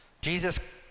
Jesus